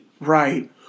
Right